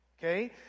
okay